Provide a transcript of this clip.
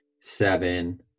seven